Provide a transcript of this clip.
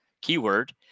keyword